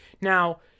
Now